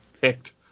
picked